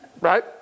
Right